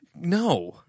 no